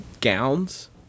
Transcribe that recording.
gowns